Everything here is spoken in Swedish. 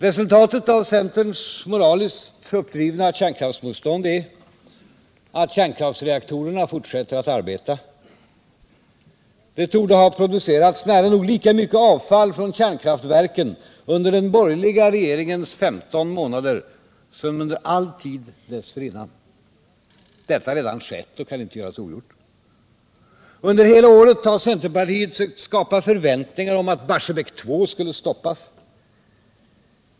Resultatet av centerns moraliskt uppdrivna kärnkraftsmotstånd är att kärnkraftsreaktorerna fortsätter att arbeta. Det torde ha producerats nära nog lika mycket avfall från kärnkraftverken under den borgerliga regeringens 15 månader som under all tid dessförinnan. Detta har redan skett och kan inte göras ogjort. Under hela året har centerpartiet sökt skapa förväntningar om att Barsebäck 2 skulle stoppas.